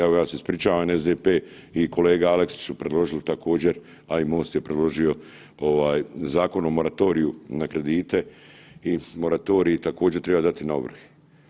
Evo ja se ispričavam, SDP i kolega Aleksić su preložili također, a i MOST je predložio ovaj Zakon o moratoriju na kredite i moratorij također triba dati na ovrhe.